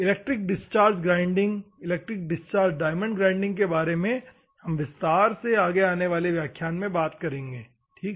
electric discharge grinding electric discharge diamond grinding के बारे में हम विस्तार से आगे आने वाली व्याख्यान में बात करेंगे ठीक है